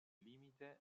limite